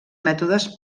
mètodes